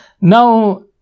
Now